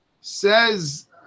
Says